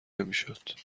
نمیشد